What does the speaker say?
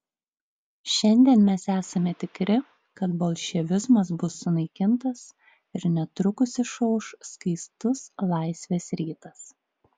šiandien mes esame tikri kad bolševizmas bus sunaikintas ir netrukus išauš skaistus laisvės rytas